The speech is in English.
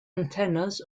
antennas